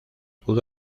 pudo